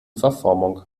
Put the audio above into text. verformung